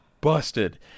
busted